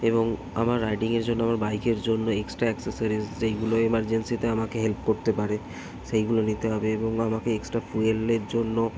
এবং আমার রাইডিংয়ের জন্য আমার বাইকের জন্য এক্সট্রা অ্যাকসেসারিজ যেইগুলো এমার্জেন্সিতে আমাকে হেল্প করতে পারে সেইগুলো নিতে হবে এবং আমাকে এক্সট্রা ফুয়েলের জন্য